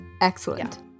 Excellent